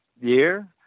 year